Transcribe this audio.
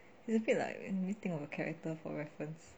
it's a bit like let me think of a character for reference